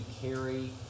carry